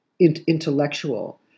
intellectual